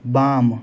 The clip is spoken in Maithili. बाम